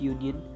Union